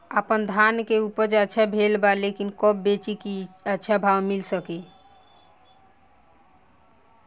आपनधान के उपज अच्छा भेल बा लेकिन कब बेची कि अच्छा भाव मिल सके?